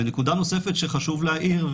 נקודה נוספת שחשוב לעיר,